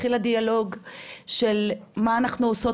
התחיל הדיאלוג של מה אנחנו עושות,